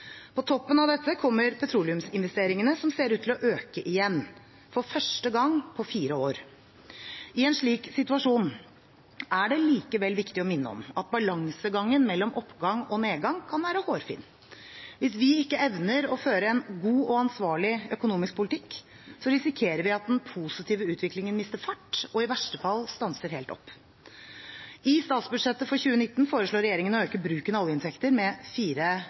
På toppen av dette kommer petroleumsinvesteringene, som ser ut til å øke igjen – for første gang på fire år. I en slik situasjon er det likevel viktig å minne om at balansegangen mellom oppgang og nedgang kan være hårfin. Hvis vi ikke evner å føre en god og ansvarlig økonomisk politikk, risikerer vi at den positive utviklingen mister fart og i verste fall stanser helt opp. I statsbudsjettet for 2019 foreslår regjeringen å øke bruken av oljeinntekter med